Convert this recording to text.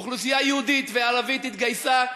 אוכלוסייה יהודית וערבית התגייסה,